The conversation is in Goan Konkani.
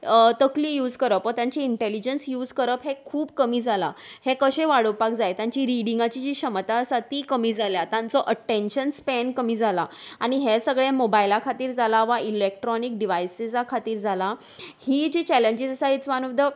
तकली यूज करप वा तांची इंटेलिजंस यूज करप हें खूब कमी जालां हें कशें वाडोवपाक जाय तांची रिडिंगाची जी क्षमता आसा ती कमी जाल्या तांचो अटेंशन स्पॅन कमी जाला आनी हें सगळें मोबायला खातीर जालां वा इलेक्ट्रोनीक डिवायसिसा खातीर जालां ही जी चॅलेंजीस आसा इट्स वन ऑफ द